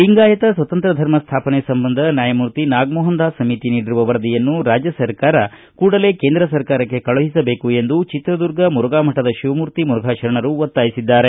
ಲಿಂಗಾಯತ ಸ್ವತಂತ್ರ ಧರ್ಮ ಸ್ವಾಪನೆ ಸಂಬಂಧ ನ್ಯಾನಾಗಮೋಹನ್ ದಾಸ್ ಸಮಿತಿ ನೀಡಿರುವ ವರದಿಯನ್ನು ರಾಜ್ನ ಸರ್ಕಾರ ಕೂಡಲೇ ಕೇಂದ್ರ ಸರ್ಕಾರಕ್ಷೆ ಕಳುಹಿಸಬೇಕು ಎಂದು ಚಿತ್ರದುರ್ಗ ಮುರುಘಾಮಠದ ಶಿವಮೂರ್ತಿ ಮುರುಘಾಶರಣರು ಒತ್ತಾಯಿಸಿದ್ದಾರೆ